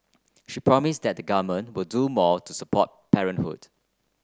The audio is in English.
she promised that the government will do more to support parenthood